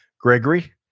Gregory